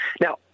Now